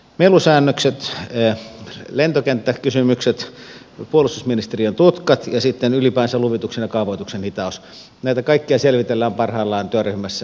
melusäännökset sähköjä lentokenttäkysymykset puolustusministeriön tutkat ja sitten ylipäänsä luvituksen kaavoituksen hitaus meitä kaikkia selvitellään parhaillaan työryhmässä